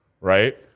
Right